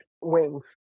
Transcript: wings